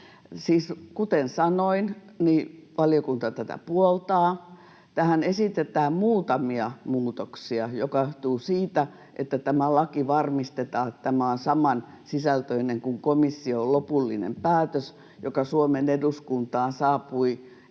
kuten sanoin, valiokunta tätä puoltaa. Tähän esitetään muutamia muutoksia, mikä johtuu siitä, että varmistetaan, että tämä laki on samansisältöinen kuin komission lopullinen päätös, joka Suomen eduskuntaan saapui